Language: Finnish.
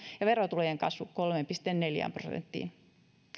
ja verotulojen kasvu kolmeen pilkku neljään prosenttiin